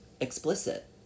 explicit